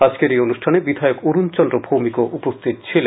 আজকের অনুষ্ঠানে বিধায়ক অরুণ চন্দ্র ভৌমিকও উপস্হিত ছিলেন